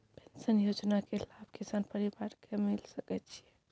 Pension योजना के लाभ किसान परिवार के मिल सके छिए?